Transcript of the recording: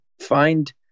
find